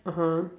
(uh huh)